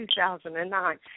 2009